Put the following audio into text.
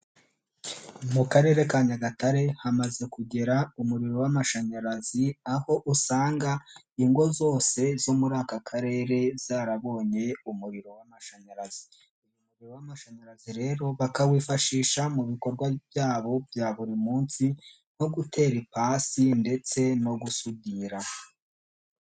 Mu karere ka Nyagatare hamaze kugera umuriro w'amashanyarazi aho usanga ingo zose zo muri aka karere zarabonye umuriro w'amashanyaraziyarazi, umuriro w'amashanyarazi rero bakawifashisha mu bikorwa byabo bya buri munsi nko gutera ipasi ndetse no gusudira.